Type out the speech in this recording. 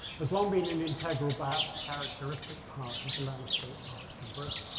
has long been an integral perhaps characteristic part of the landscape arts in britain.